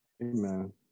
Amen